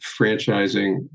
franchising